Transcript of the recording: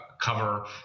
cover